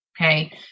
Okay